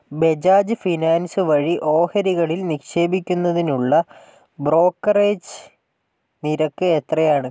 Bajaj finance വഴി ഓഹരികളിൽ നിക്ഷേപിക്കുന്നതിനുള്ള ബ്രോക്കറേജ് നിരക്ക് എത്രയാണ്